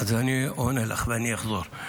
אז אני עונה לך, ואני אחזור.